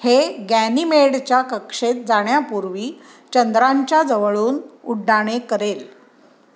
हे गॅनीमेडच्या कक्षेत जाण्यापूर्वी चंद्रांच्या जवळून उड्डाणे करेल